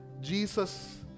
Jesus